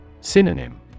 Synonym